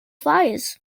fires